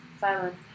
silence